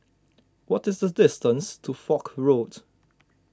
what is the distance to Foch Road